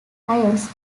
clients